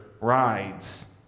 rides